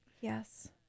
yes